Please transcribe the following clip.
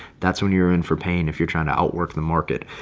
that's when you're in for pain. if you're trying to outwork the market,